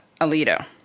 Alito